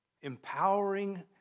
empowering